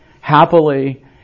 happily